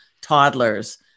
toddlers